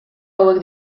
hauek